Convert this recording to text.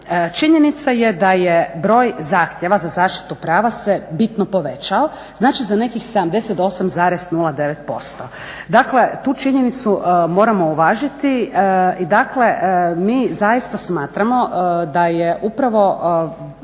Činjenica je da je broj zahtjeva za zaštitu prava se bitno povećao, znači za nekih 78,09%. Dakle, tu činjenicu moramo uvažiti i dakle, mi zaista smatramo da je upravo